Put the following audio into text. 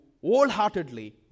wholeheartedly